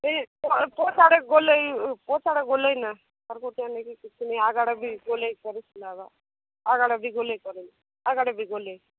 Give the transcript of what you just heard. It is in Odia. ନାଇଁ ମୋର ପଛ ଆଡ଼େ ଗୋଲେଇ ପଛ ଆଡ଼ ଗୋଲେଇ ନା ପଚୀରୁ ନାଇଁ କିଛି ନାଇଁ ଆଗ ଆଡ଼ ବି ଗୋଲେଇ କରି ସିଲାବ ଆଗ ଆଡ଼ ବି ଗୋଲେଇ କରି ଆଗ ଆଡ଼ ବି ଗୋଲେଇ